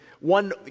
one